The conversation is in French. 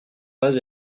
pas